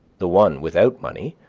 the one without money,